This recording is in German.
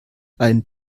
ein